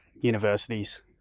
universities